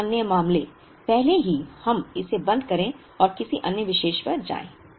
दो अन्य मामले पहले कि हम इसे बंद करें और किसी अन्य विषय पर जाएं